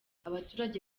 abaturage